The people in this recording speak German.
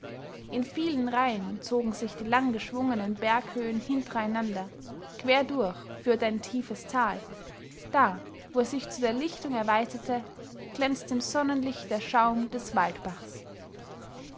in vielen reihen zogen sich die langgeschwungenen berghöhen hintereinander querdurch führte ein tiefes tal da wo es sich zu der lichtung erweiterte glänzte im sonnenlicht der schaum des waldbachs